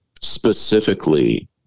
specifically